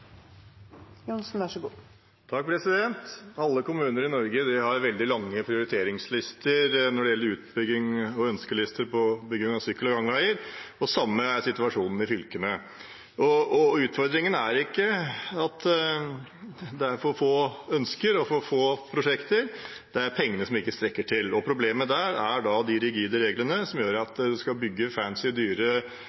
Alle kommuner i Norge har veldig lange prioriteringslister når det gjelder utbygging, og ønskelister for bygging av sykkel- og gangveier, og situasjonen i fylkene er den samme. Utfordringene er ikke at det er for få ønsker og for få prosjekter. Det er pengene som ikke strekker til. Problemet er de rigide reglene som